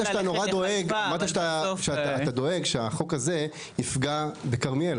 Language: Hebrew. אמרת שאתה דואג שהחוק הזה יפגע בכרמיאל.